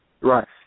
Right